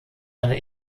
eine